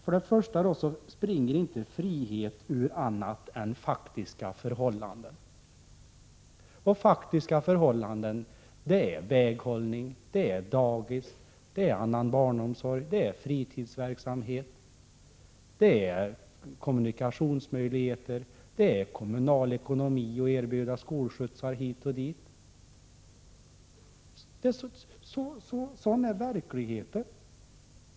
Frihet springer inte ur annat än faktiska förhållanden, och faktiska förhållanden är väghållning, dagis, annan barnomsorg, fritidsverksamhet, kommunikationsmöjligheter, kommunal ekonomi och möjligheten att erbjuda skolskjutsar. Sådan är verkligheten.